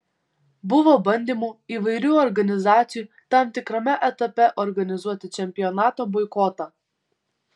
buvo bandymų įvairių organizacijų tam tikrame etape organizuoti čempionato boikotą